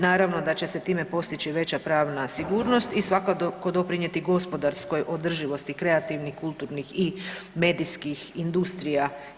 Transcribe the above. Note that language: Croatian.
Naravno da će se time postići veća pravna sigurnost i svakako doprinijeti gospodarskoj održivosti kreativnih, kulturnih i medijskih industrija.